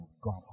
God